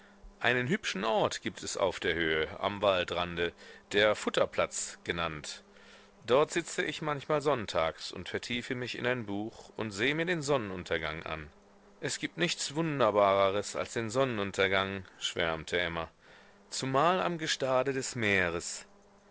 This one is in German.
einen hübschen ort gibt es auf der höhe am waldrande der futterplatz genannt dort sitze ich manchmal sonntags und vertiefe mich in ein buch und seh mir den sonnenuntergang an es gibt nichts wunderbareres als den sonnenuntergang schwärmte emma zumal am gestade des meeres